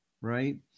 right